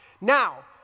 Now